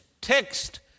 text